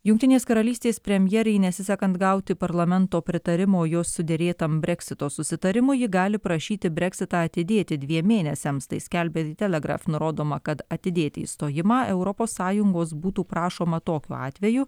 jungtinės karalystės premjerei nesisekant gauti parlamento pritarimo jos suderėtam breksito susitarimui ji gali prašyti breksitą atidėti dviem mėnesiams tai skelbia telegraf nurodoma kad atidėti išstojimą europos sąjungos būtų prašoma tokiu atveju